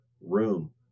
room